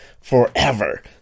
forever